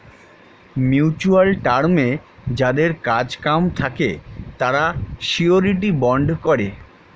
mutual টার্মে যাদের কাজ কাম থাকে তারা শিউরিটি বন্ড করে